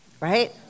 right